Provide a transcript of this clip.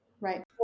Right